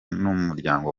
n’umuryango